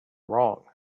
wrong